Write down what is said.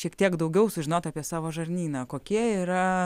šiek tiek daugiau sužinot apie savo žarnyną kokie yra